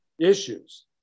issues